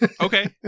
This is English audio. Okay